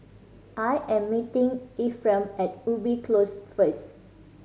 I am meeting Efrem at Ubi Close first